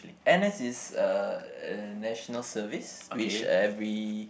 n_s is uh uh National Service which every